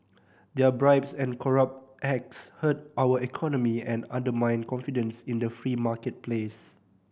their bribes and corrupt acts hurt our economy and undermine confidence in the free marketplace